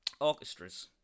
orchestras